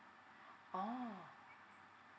oh